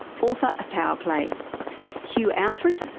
author of powerplay hugh outhred,